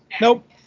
Nope